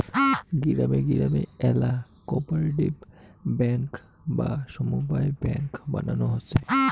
গিরামে গিরামে আল্যা কোপরেটিভ বেঙ্ক বা সমব্যায় বেঙ্ক বানানো হসে